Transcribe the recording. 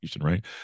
right